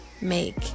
make